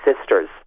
sisters